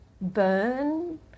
burn